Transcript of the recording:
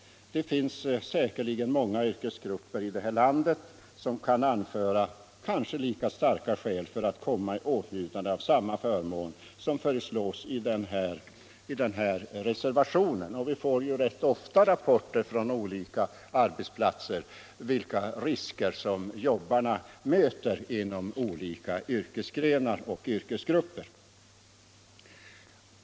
Det finns säkerligen många yrkesgrupper i detta land som kan anföra lika starka skäl för att komma i åtnjutande av samma förmån som föreslås i den här reservationen. Vi får rätt ofta rapporter från olika arbetsplatser om vilka risker jobbarna möter inom olika yrkesgrenar.